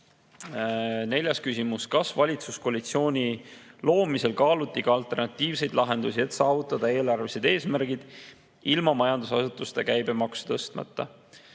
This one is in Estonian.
Neljas küsimus: "Kas valitsuskoalitsiooni loomisel kaaluti ka alternatiivseid lahendusi, et saavutada eelarvelised eesmärgid ilma majutusasutuste käibemaksu tõstmata?"